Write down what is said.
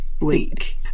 week